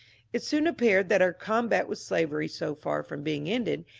it soon appeared that our combat with slavery, so far from being ended,